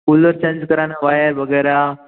cooler change कराना wire वगैरह